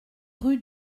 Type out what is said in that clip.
rue